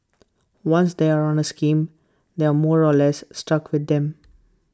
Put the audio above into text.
once they are on A scheme they are more or less stuck with them